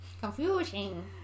Confusing